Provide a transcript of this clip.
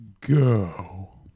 Go